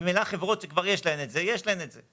ממילא חברות שכבר יש להן את זה, יש לנו את זה.